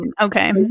Okay